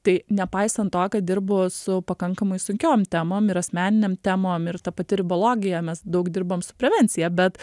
tai nepaisant to kad dirbu su pakankamai sunkiom temom ir asmeninėm temom ir ta pati ribologija mes daug dirbam su prevencija bet